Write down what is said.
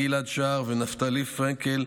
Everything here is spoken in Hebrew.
גיל-עד שער ונפתלי פרנקל,